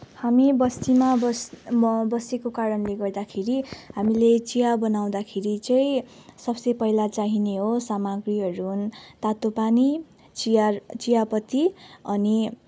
हामी बस्तीमा बस्ने म बसेको कारणले गर्दाखेरि हामीले चिया बनाउँदाखेरि चाहिँ सबसे पहिला चाहिने हो साम्रगीहरू हुन् तातो पानी चिया चियापत्ती अनि